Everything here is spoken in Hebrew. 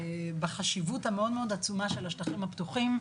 בחשיבות המאוד מאוד עצומה של השטחים הפתוחים,